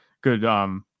good –